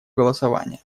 голосования